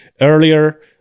Earlier